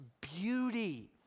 beauty